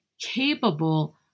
capable